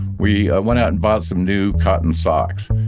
we went out and bought some new cotton socks.